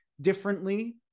differently